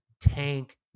Tank